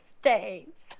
States